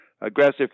aggressive